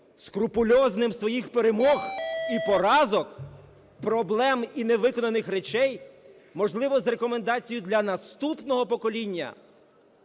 скрупульозним своїх перемог і поразок, проблем і невиконаних речей, можливо, з рекомендацією для наступного покоління,